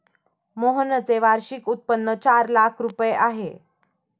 मोहनचे वार्षिक उत्पन्न चार लाख रुपये आहे